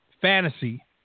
fantasy